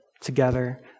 together